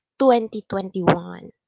2021